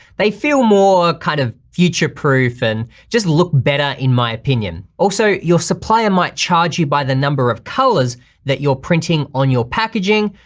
they feel more kind of future proof and just look better in my opinion. also, your supplier might charge you by the number of colors that you're printing on your packaging,